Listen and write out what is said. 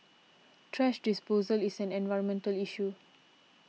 thrash disposal is an environmental issue